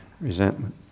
resentment